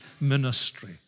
ministry